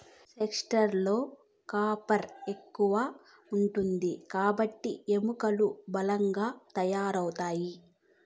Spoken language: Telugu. చెస్ట్నట్ లలో కాఫర్ ఎక్కువ ఉంటాది కాబట్టి ఎముకలు బలంగా తయారవుతాయి